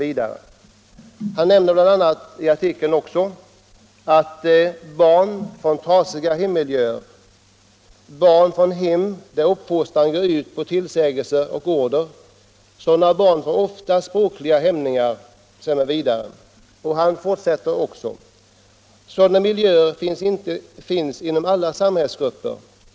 I artikeln nämns bl.a. att barn från trasiga hemmiljöer och barn från hem där uppfostran går ut på tillsägelser och order ofta får språkliga hämningar. Det heter vidare: ”Och sådana miljöer finns inom alla samhällsgrupper.